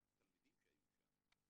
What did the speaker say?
והתלמידים שהיו שם,